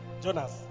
jonas